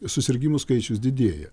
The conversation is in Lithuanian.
susirgimų skaičius didėja